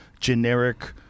generic